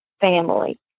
family